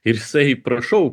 ir jisai prašau